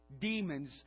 demons